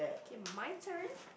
K my turn